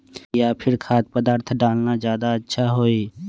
या फिर खाद्य पदार्थ डालना ज्यादा अच्छा होई?